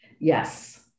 Yes